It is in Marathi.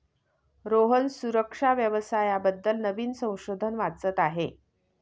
रोहन सुरक्षा व्यवसाया बद्दल नवीन संशोधन वाचत आहे